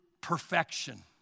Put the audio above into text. perfection